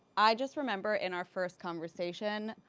i just remember in our first conversation,